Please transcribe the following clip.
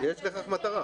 יש לכך מטרה.